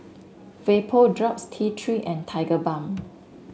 Vapodrops T Three and Tigerbalm